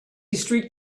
street